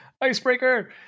Icebreaker